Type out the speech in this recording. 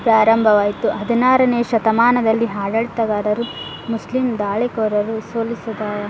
ಪ್ರಾರಂಭವಾಯ್ತು ಹದಿನಾರನೇ ಶತಮಾನದಲ್ಲಿ ಆಡಳಿತಗಾರರು ಮುಸ್ಲಿಮ್ ದಾಳಿಕೋರರು ಸೋಲಿಸಿದ